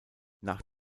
nach